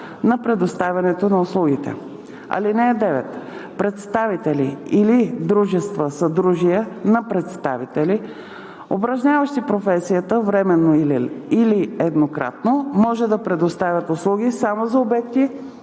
на предоставянето на услугите. (9) Представители или дружества/съдружия на представители, упражняващи професията временно или еднократно, може да предоставят услуги само за обекти